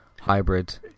hybrid